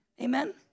Amen